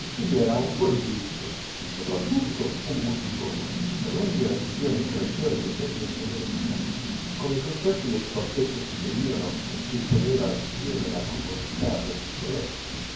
era un po di tutto sopratutto un musicomane la mia ammirazione cresceva di domenica in domenica come i concerti del quartetto si seguivano e ci teneva insieme la comodità del vicoletto